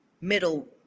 middle